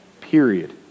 Period